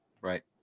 Right